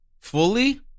Fully